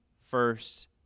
first –